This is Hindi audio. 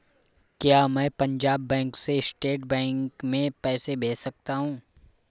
क्या मैं पंजाब बैंक से स्टेट बैंक में पैसे भेज सकता हूँ?